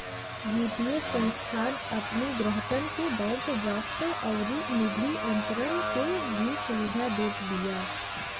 वित्तीय संस्थान अपनी ग्राहकन के बैंक ड्राफ्ट अउरी निधि अंतरण के भी सुविधा देत बिया